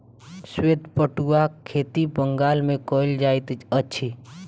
श्वेत पटुआक खेती बंगाल मे कयल जाइत अछि